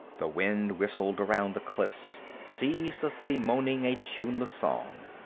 the wind whistled around the cliffs, ceaselessly moaning a tuneless song.